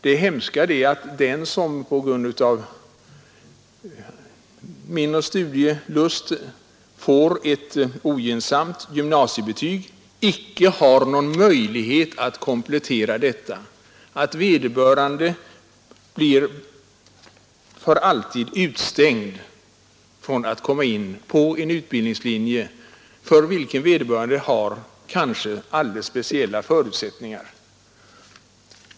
Det hemska är ju att den som på grund av mindre studielust under en tid får ett ogynnsamt gymnasiebetyg icke har någon möjlighet att komplettera detta. Vederbörande blir för alltid utestängd från att komma in på en utbildningslinje för vilken han kanske har alldeles speciella förutsättningar.